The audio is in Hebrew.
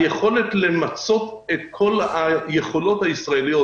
היכולת למצות את כל היכולות הישראליות,